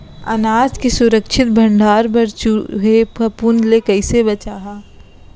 अनाज के सुरक्षित भण्डारण बर चूहे, फफूंद ले कैसे बचाहा?